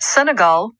Senegal